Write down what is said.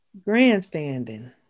Grandstanding